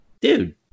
dude